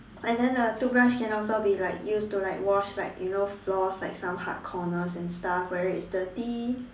and then the toothbrush can also be like used to like wash like you know floors like some hard corners and stuff where it is dirty